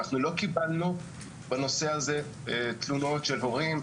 אנחנו לא קיבלנו בנושא הזה תלונות של הורים,